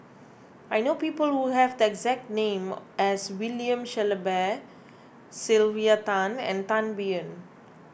I know people who have the exact name as William Shellabear Sylvia Tan and Tan Biyun